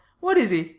what is it